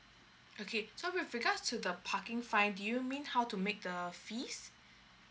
okay so with regards to the parking fine do you mean how to make the fees